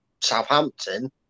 Southampton